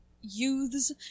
youths